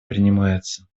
принимается